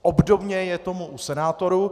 Obdobně je tomu u senátorů.